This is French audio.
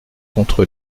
contre